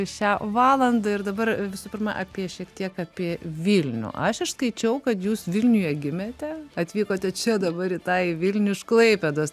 šią valandą ir dabar visų pirma apie šiek tiek apie vilnių aš išskaičiau kad jūs vilniuje gimėte atvykote čia dabar į tą į vilnių iš klaipėdos